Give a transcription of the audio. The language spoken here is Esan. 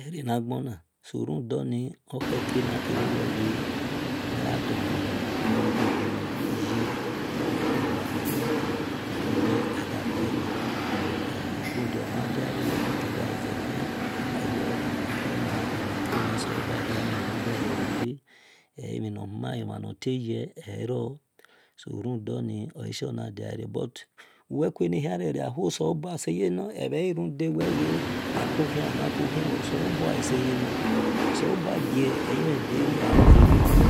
Erenaghon sorudoni okheke nagha dolemhine bubu yu akue gba biele runda wel dol kere wel agha ze khian awel ona kiona ona kiona selobua egia miemhi nor diano bhe-ghe elem no human omhan nor tai ye ero but uwekue ni hia ahuoselobua oseyenor wel ghe akokhian amhan ko khian selobua ghe gie elimhenbe ria moba